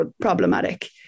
problematic